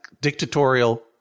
dictatorial